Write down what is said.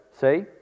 see